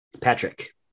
Patrick